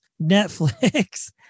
Netflix